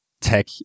tech